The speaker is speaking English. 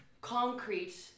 concrete